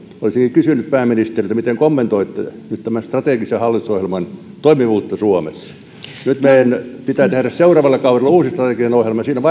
olisinkin kysynyt pääministeriltä miten kommentoitte nyt tämän strategisen hallitusohjelman toimivuutta suomessa meidän pitää tehdä seuraavalla kaudella uusi strateginen ohjelma siinä varmasti on